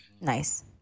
Nice